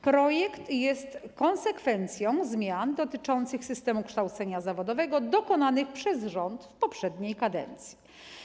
Projekt jest konsekwencją zmian dotyczących systemu kształcenia zawodowego dokonanych przez rząd w poprzedniej kadencji.